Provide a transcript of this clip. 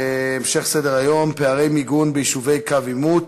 המשך סדר-היום: פערי מיגון ביישובי קו עימות,